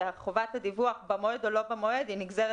שחובת הדיווח במועד או לא במועד נגזרת